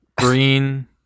Green